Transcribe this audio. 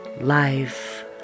life